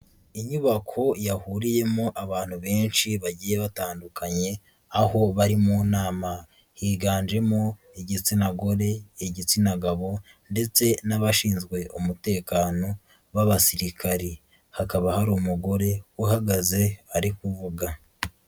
Inyubako yahuriyemo abantu benshi bagiye batandukanye, aho bari mu nama, higanjemo igitsina gore, igitsina gabo ndetse n'abashinzwe umutekano b'abasirikari, hakaba hari umugore uhagaze ari kuvuga.